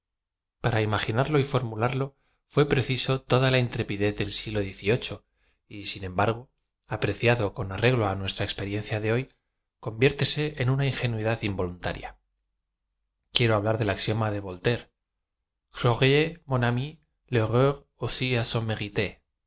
ara imaginarlo y formularlo fué preciso toda la intrepidez del siglo x v iii y sin embargo apreciado con arreglo á nuestra experiencia d hoy conviértese en una ingenuidad involuntaria quiero hablar del axiom a de v oltaire oroyez mon ami verreut aussi a